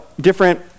different